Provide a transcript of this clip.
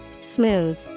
Smooth